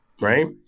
Right